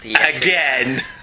again